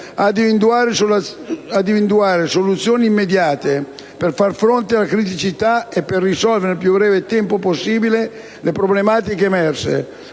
ad individuare soluzioni immediate per fare fronte alle criticità e per risolvere nel più breve tempo possibile le problematiche emerse,